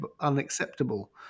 unacceptable